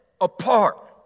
apart